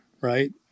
right